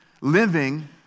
Living